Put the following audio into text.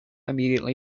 immediately